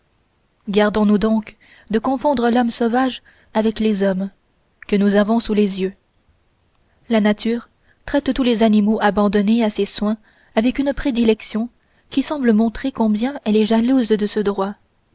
gardons-nous donc de confondre l'homme sauvage avec les hommes que nous avons sous les yeux la nature traite tous les animaux abandonnés à ses soins avec une prédilection qui semble montrer combien elle est jalouse de ce droit